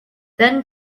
then